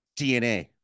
DNA